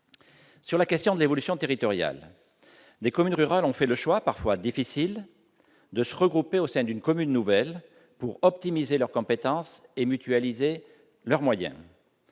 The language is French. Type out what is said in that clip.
de l'évolution de l'organisation territoriale, des communes rurales ont fait le choix, parfois difficile, de se regrouper au sein d'une commune nouvelle pour optimiser leurs compétences et mutualiser leurs moyens.